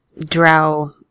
drow